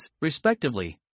respectively